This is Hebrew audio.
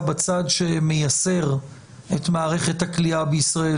בצד שמייסר את מערכת הכליאה בישראל,